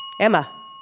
Emma